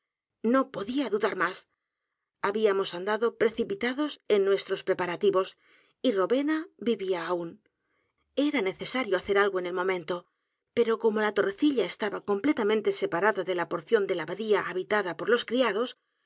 no podía dudar m á s habíamos andado precipitados en nuestros preparativos y rowena vivía aún e r a necesario hacer algo en el m o m e n t o pero como la torrecilla estaba completamente separada de la porción ugeia de la abadía habitada por los criados